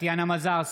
טטיאנה מזרסקי,